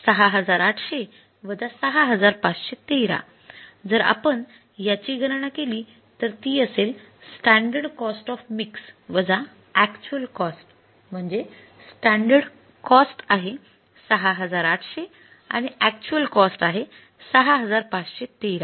६८०० ६५१३ जर आपण याची गणना केली तर ती असेल स्टॅंडर्ड कॉस्ट ऑफ मिक्स वजा अक्चुअल कॉस्ट म्हणजे स्टॅंडर्ड कॉस्ट आहे ६८०० आणि अक्चुअल कॉस्ट आहे ६५१३